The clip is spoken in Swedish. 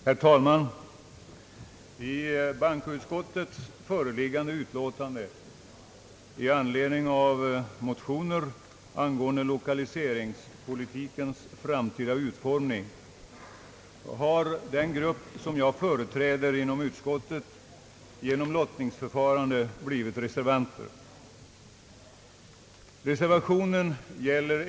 Herr talman! I bankoutskottets föreliggande utlåtande i anledning av motioner angående lokaliseringspolitikens framtida utformning har den grupp som jag företräder inom utskottet genom lottningsförfarande blivit reservanter.